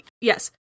Yes